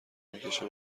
میکشه